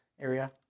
area